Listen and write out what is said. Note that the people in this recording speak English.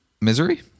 Misery